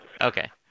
Okay